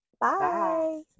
Bye